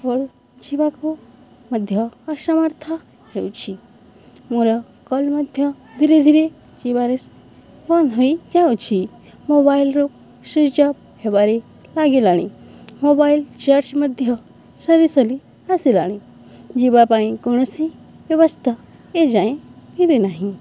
call ଯିବାକୁ ମଧ୍ୟ ଅସମର୍ଥ ହେଉଛି ମୋର କଲ୍ ମଧ୍ୟ ଧୀରେ ଧୀରେ ଯିବାରେ ବନ୍ଦ ହୋଇଯାଉଛି ମୋବାଇଲରୁ ସୁଇଚ୍ ଅଫ୍ ହେବାରେ ଲାଗିଲାଣି ମୋବାଇଲ ଚାର୍ଜ ମଧ୍ୟ ସରି ସରି ଆସିଲାଣି ଯିବା ପାଇଁ କୌଣସି ବ୍ୟବସ୍ଥା ଏଯାଏଁ ମିଳି ନାହିଁ